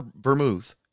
vermouth